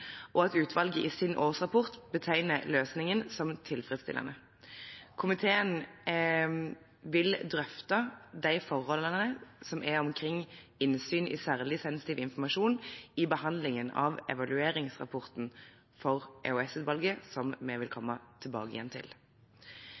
og at utvalget i sin årsrapport betegner løsningen som tilfredsstillende. Komiteen vil drøfte de forholdene som er omkring innsyn i særlig sensitiv informasjon, i behandlingen av evalueringsrapporten for EOS-utvalget som vi vil